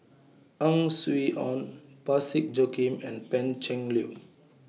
Ang Swee Aun Parsick Joaquim and Pan Cheng Lui